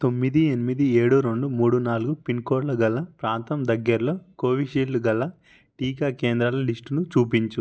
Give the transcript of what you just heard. తొమ్మిది ఎనిమిది ఏడు రెండు మూడు నాలుగు పిన్ కోడ్లు గల ప్రాంతం దగ్గరలో కోవిషీల్డ్ గల టీకా కేంద్రాల లిస్టుని చూపించు